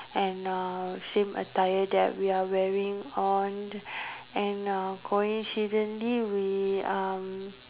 and uh same attire that we are wearing on and uh coincidentally we uh